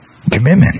Commitment